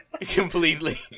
Completely